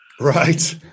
Right